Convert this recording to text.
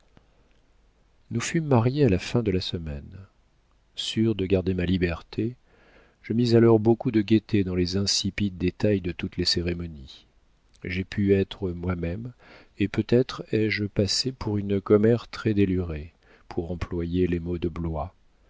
nous fûmes mariés à la fin de la semaine sûre de garder ma liberté je mis alors beaucoup de gaieté dans les insipides détails de toutes les cérémonies j'ai pu être moi-même et peut-être ai-je passé pour une commère très délurée pour employer les mots de blois